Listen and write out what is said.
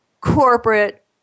corporate